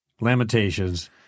Lamentations